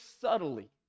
subtly